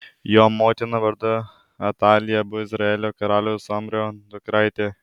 jo motina vardu atalija buvo izraelio karaliaus omrio dukraitė